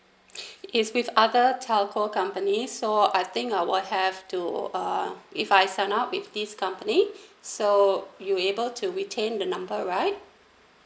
it's with other telco company so I think I will have to uh if I sign up with this company so you'll able to retain the number right